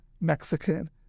Mexican